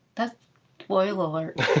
that's spoil alert.